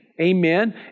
amen